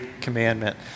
commandment